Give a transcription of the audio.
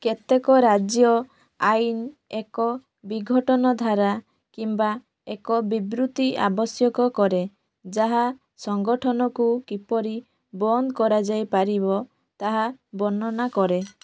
କେତେକ ରାଜ୍ୟ ଆଇନ ଏକ ବିଘଟନ ଧାରା କିମ୍ବା ଏକ ବିବୃତ୍ତି ଆବଶ୍ୟକ କରେ ଯାହା ସଂଗଠନକୁ କିପରି ବନ୍ଦ କରାଯାଇପାରିବ ତାହା ବର୍ଣ୍ଣନା କରେ